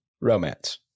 romance